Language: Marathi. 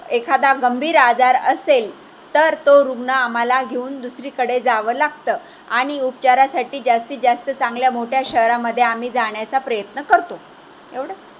एखादा गंभीर आजार असेल तर तो रुग्ण आम्हाला घेऊन दुसरीकडे जावं लागतं आणि उपचारासाठी जास्तीत जास्त चांगल्या मोठ्या शहरामध्ये आम्ही जाण्याचा प्रयत्न करतो एवढंच